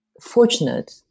fortunate